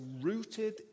rooted